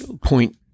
point